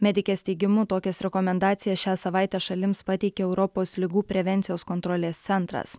medikės teigimu tokias rekomendacijas šią savaitę šalims pateikė europos ligų prevencijos kontrolės centras